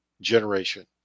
generation